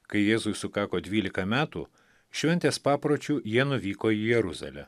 kai jėzui sukako dvylika metų šventės papročiu jie nuvyko į jeruzalę